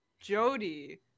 jody